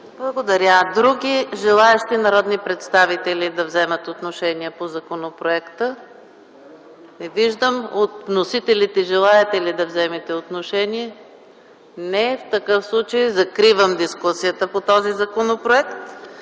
Благодаря. Други желаещи народни представители да вземат отношение по законопроекта? Не виждам. От вносителите желаете ли да вземете отношение? Не. В такъв случай закривам дискусията по този законопроект.